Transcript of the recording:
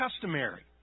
customary